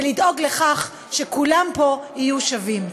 לדאוג לכך שכולם פה יהיו שווים.